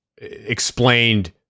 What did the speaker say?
explained